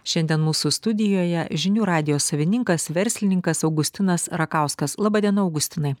šiandien mūsų studijoje žinių radijo savininkas verslininkas augustinas rakauskas laba diena augustinai